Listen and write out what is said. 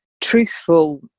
truthful